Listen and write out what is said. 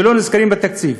שלא נזכרים בתקציב,